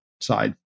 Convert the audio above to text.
side